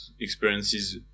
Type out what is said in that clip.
experiences